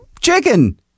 chicken